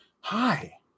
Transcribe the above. Hi